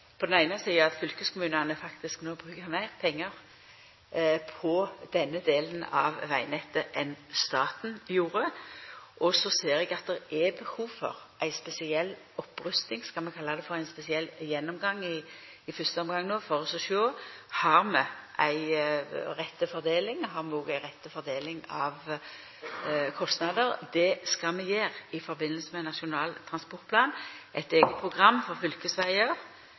på den eine sida, at fylkeskommunane faktisk no brukar meir pengar på denne delen av vegnettet enn staten gjorde. Eg ser òg at det no i fyrste omgang er behov for ei spesiell opprusting – skal vi kalle det for ein spesiell gjennomgang – for å sjå på: Har vi ei rett fordeling? Har vi òg ei rett fordeling av kostnader? Det skal vi gjera i samband med Nasjonal transportplan. Eit eige program for fylkesvegar